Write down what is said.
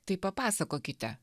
tai papasakokite